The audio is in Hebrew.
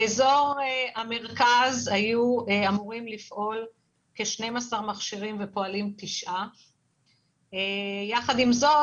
באזור המרכז היו אמורים לפעול כ-12 מכשירים ופועלים 9. יחד עם זאת,